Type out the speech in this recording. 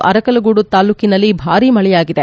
ಅರಕಲಗೂಡು ತಾಲೂಕಿನಲ್ಲಿ ಭಾರಿ ಮಳೆಯಾಗಿದೆ